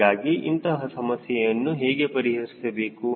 ಹೀಗಾಗಿ ಇಂತಹ ಸಮಸ್ಯೆಯನ್ನು ಹೇಗೆ ಪರಿಹರಿಸಬೇಕು